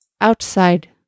Outside